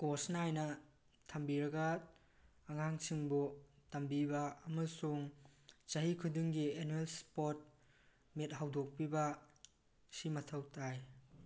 ꯀꯣꯁ ꯅꯥꯏꯅ ꯊꯝꯕꯤꯔꯒ ꯑꯉꯥꯡꯁꯤꯡꯕꯨ ꯇꯝꯕꯤꯕ ꯑꯃꯁꯨꯡ ꯆꯍꯤ ꯈꯨꯗꯤꯡꯒꯤ ꯑꯦꯅꯨꯋꯦꯜ ꯁ꯭ꯄꯣꯔꯠ ꯃꯤꯠ ꯍꯧꯗꯣꯛꯄꯤꯕ ꯁꯤ ꯃꯊꯧ ꯇꯥꯏ